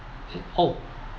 eh oh